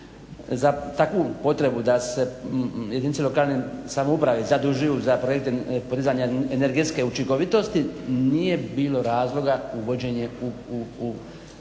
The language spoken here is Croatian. za takvu potrebu da se jedinice lokalne samouprave zadužuju za projekte podizanja energetske učinkovitosti nije bilo razloga uvođenje u